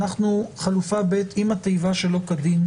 אנחנו עם חלופה ב' עם התיבה "שלא כדין"